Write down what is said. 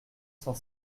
cent